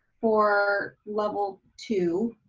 for level two,